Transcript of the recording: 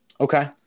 okay